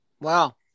Wow